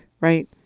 right